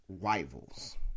rivals